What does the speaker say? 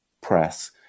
press